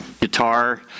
guitar